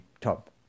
top